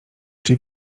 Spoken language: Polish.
czy